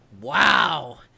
Wow